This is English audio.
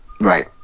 Right